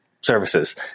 services